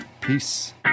Peace